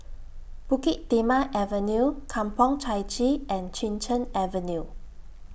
Bukit Timah Avenue Kampong Chai Chee and Chin Cheng Avenue